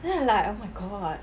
then I'm like oh my god